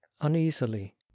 uneasily